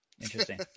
Interesting